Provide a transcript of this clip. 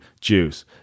juice